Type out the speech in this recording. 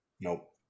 Nope